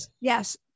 Yes